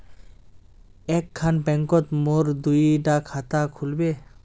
एक खान बैंकोत मोर दुई डा खाता खुल बे?